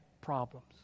problems